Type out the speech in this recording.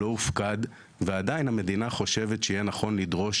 לא הופקד ועדיין המדינה חושבת שיהיה נכון לדרוש